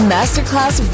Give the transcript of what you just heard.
Masterclass